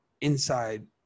inside